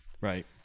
right